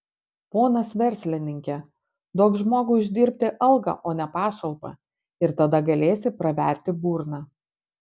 ponas verslininke duok žmogui uždirbti algą o ne pašalpą ir tada galėsi praverti burną